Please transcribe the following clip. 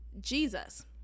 Jesus